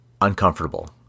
uncomfortable